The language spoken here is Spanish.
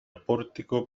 pórtico